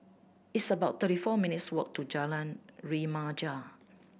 it's about thirty four minutes' walk to Jalan Remaja